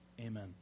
Amen